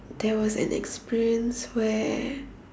there was an experience where